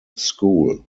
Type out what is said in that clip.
school